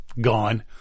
gone